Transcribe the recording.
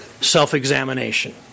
self-examination